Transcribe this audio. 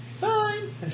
Fine